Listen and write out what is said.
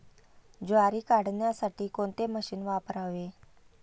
ज्वारी काढण्यासाठी कोणते मशीन वापरावे?